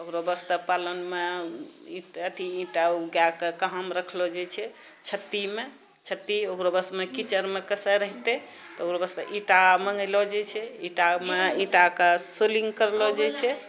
ओकरो वास्ते पालनमे अथी ईंटा गाएके कहाँमे रखलो जाइ छै छत्तीमे छत्ती ओकरो बसमे कीचड़मे कइसे रहतै तऽ ओकरो वास्ते ईंटा मँगैलऽ जाइ छै ईंटामे ईंटाके सोलिङ्ग करलऽ जाइ छै